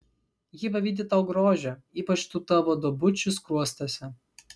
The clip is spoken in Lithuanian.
ji pavydi tau grožio ypač tų tavo duobučių skruostuose